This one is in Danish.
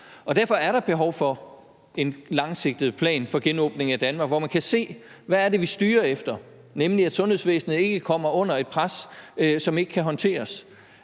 Derfor er der behov for en langsigtet plan for genåbningen af Danmark, hvor man kan se, hvad det er, vi styrer efter, nemlig at sundhedsvæsenet ikke kommer under et pres, som ikke kan håndteres,